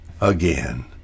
again